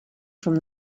from